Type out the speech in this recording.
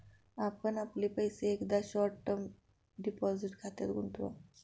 आपण आपले पैसे एकदा शॉर्ट टर्म डिपॉझिट खात्यात गुंतवा